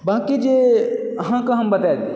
बाकी जे अहाँकऽ हम बताए दी